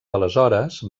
aleshores